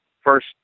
first